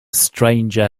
stranger